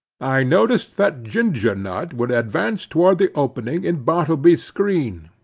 i noticed that ginger nut would advance toward the opening in bartleby's screen,